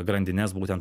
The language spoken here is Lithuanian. grandines būtent